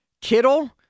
Kittle